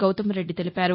గౌతంరెడ్డి తెలిపారు